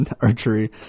archery